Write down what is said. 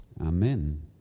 amen